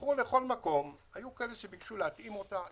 תלכו לכל מקום היו כאלה שביקשו להתאים אותה.